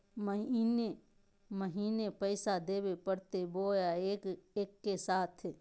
महीने महीने पैसा देवे परते बोया एके साथ?